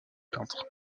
peintre